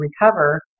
recover